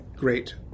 Great